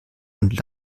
und